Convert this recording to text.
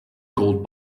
gold